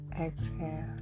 exhale